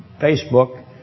Facebook